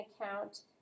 account